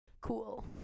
cool